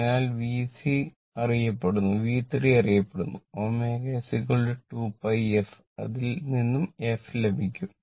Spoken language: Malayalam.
അതിനാൽ V c അറിയപ്പെടുന്നു V3 അറിയപ്പെടുന്നു ω 2 πpi f അതിൽ നിന്ന് f ലഭിക്കും